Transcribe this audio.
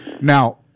Now